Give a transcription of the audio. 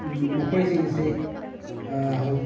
ꯃꯈꯣꯏꯁꯤꯡꯁꯤ